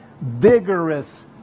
vigorous